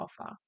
offer